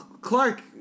Clark